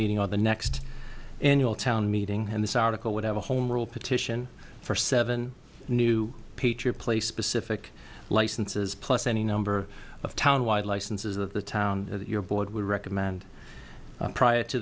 meeting or the next annual town meeting and this article would have a home rule petition for seven new patriot place specific licenses plus any number of town wide licenses of the town that your board would recommend prior to